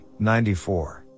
94